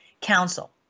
Council